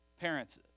parents